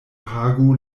pagu